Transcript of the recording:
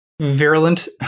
virulent